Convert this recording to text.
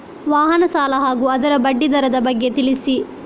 ವಾಹನ ಸಾಲ ಹಾಗೂ ಅದರ ಬಡ್ಡಿ ದರದ ಬಗ್ಗೆ ತಿಳಿಸಿ?